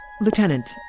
Lieutenant